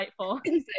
insightful